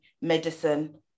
medicine